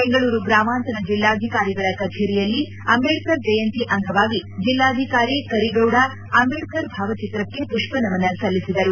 ಬೆಂಗಳೂರು ಗ್ರಾಮಾಂತರ ಜಿಲ್ಲಾಧಿಕಾರಿಗಳ ಕಛೇರಿಯಲ್ಲಿ ಅಂಬೇಡ್ತರ್ ಜಯಂತಿ ಅಂಗವಾಗಿ ಜಿಲ್ಲಾಧಿಕಾರಿ ಕರಿಗೌಡ ಅಂಬೇಡ್ತರ್ ಭಾವಚಿತ್ರಕ್ಕೆ ಪುಷ್ಷನಮನ ಸಲ್ಲಿಸಿದರು